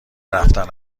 رفتن